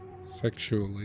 Sexually